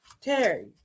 Terry